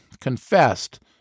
confessed